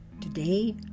Today